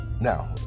Now